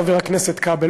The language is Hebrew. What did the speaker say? חבר הכנסת כבל,